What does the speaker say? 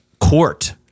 Court